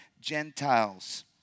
Gentiles